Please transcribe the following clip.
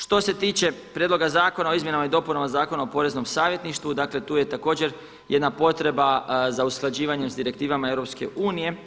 Što se tiče prijedloga zakona o izmjenama i dopunama Zakona o poreznom savjetništvu, dakle tu je također jedna potreba za usklađivanjem s direktivama EU.